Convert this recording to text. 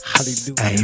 Hallelujah